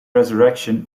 resurrection